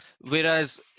whereas